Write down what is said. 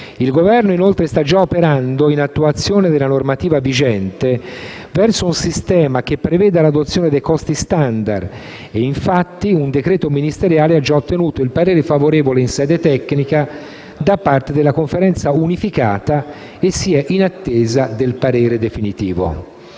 Il Governo, inoltre, in attuazione della normativa vigente sta già operando verso un sistema che preveda l'adozione dei costi *standard*; infatti, un decreto ministeriale ha già ottenuto il parere favorevole in sede tecnica da parte della Conferenza unificata e si è in attesa del parere politico.